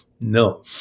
No